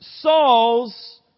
Saul's